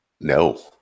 No